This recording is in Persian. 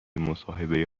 مصاحبه